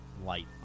Light